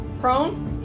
Prone